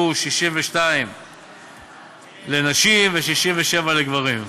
שהוא 62 לנשים ו-67 לגברים.